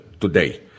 today